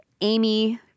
Amy